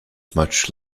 much